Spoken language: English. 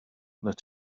that